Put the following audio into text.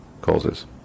causes